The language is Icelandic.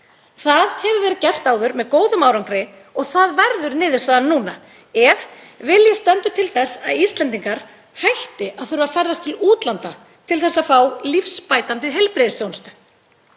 Það hefur verið gert áður með góðum árangri og það verður niðurstaðan núna ef vilji stendur til þess að Íslendingar hætti að þurfa að ferðast til útlanda til að fá lífsbætandi heilbrigðisþjónustu.